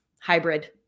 hybrid